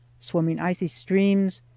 swimming icy streams,